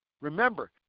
Remember